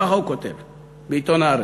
ככה הוא כותב בעיתון "הארץ":